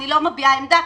אני לא מביעה עמדה.